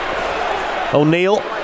O'Neill